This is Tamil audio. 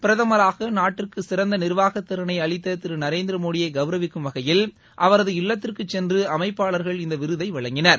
பிரதமராக நாட்டிற்கு சிறந்த நிர்வாக திறளை அளித்த திரு நரேந்திர மோடியை கௌரவிக்கும் வகையில் அவரது இல்லத்திற்கு சென்று அமைப்பாளர்கள் இந்த விருதை வழங்கினர்